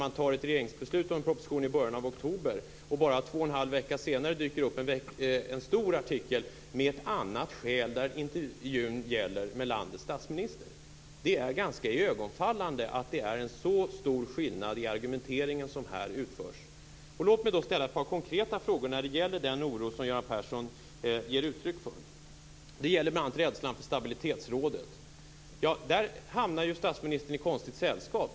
Man fattar ett regeringsbeslut om en proposition i början av oktober, och bara två och en halv vecka senare dyker landets statsminister upp i en stor artikel med ett annat skäl. Den stora skillnaden i argumenteringen är ganska iögonenfallande. Låt mig då ställa ett par konkreta frågor när det gäller den oro som Göran Persson ger uttryck för. Det gäller bl.a. rädslan för stabilitetsrådet. Där hamnar ju statsministern i konstigt sällskap.